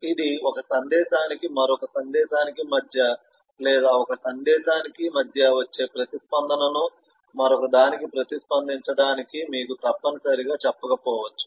ఇది ఒక సందేశానికి మరొక సందేశానికి మధ్య లేదా ఒక సందేశానికి మధ్య వచ్చే ప్రతిస్పందనను మరొకదానికి ప్రతిస్పందించడానికి మీకు తప్పనిసరిగా చెప్పకపోవచ్చు